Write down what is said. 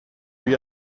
lui